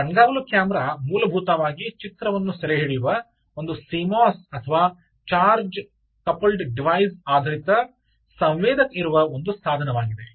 ಕಣ್ಗಾವಲು ಕ್ಯಾಮೆರಾ ಮೂಲಭೂತವಾಗಿ ಚಿತ್ರವನ್ನು ಸೆರೆಹಿಡಿಯುವ ಒಂದು ಸಿಮೋಸ್ ಅಥವಾ ಚಾರ್ಜ್ ಕಪಲ್ಡ್ ಡಿವೈಸ್ ಆಧಾರಿತ ಸಂವೇದಕ ಇರುವ ಒಂದು ಸಾಧನವಾಗಿದೆ